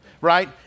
right